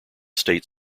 state